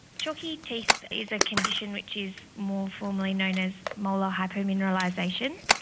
chalky teeth is a condition which is more formally known as molar hypomineralisation.